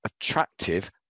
attractive